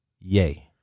yay